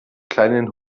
kleinen